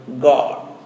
God